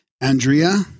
Andrea